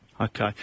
okay